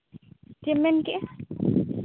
ᱪᱮᱫ ᱮᱢ ᱢᱮᱱ ᱠᱮᱜᱼᱟ